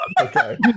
Okay